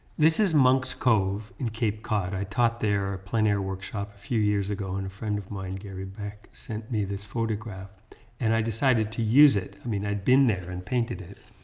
this is monk's cove in cape cod. i taught their plein air workshop a few years ago and a friend of mine gary beck sent me this photograph and i decided to use it i mean i'd been there and painted it